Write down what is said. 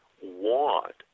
want